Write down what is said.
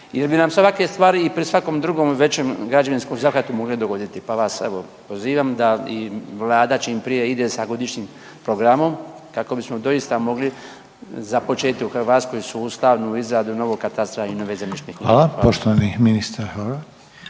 jer bi nam se ovakve stvari i pri svakom drugom većem građevinskom zahvati mogle dogoditi, pa vas evo pozivam da i Vlada čim prije ide sa Godišnjim programom, kako bismo doista mogli započeti u Hrvatskoj sustavnu izradu novog katastra i nove Zemljišne knjige.